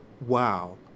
wow